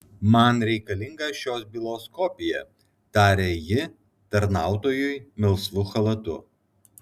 man reikalinga šios bylos kopija tarė ji tarnautojui melsvu chalatu